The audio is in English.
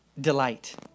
delight